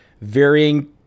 varying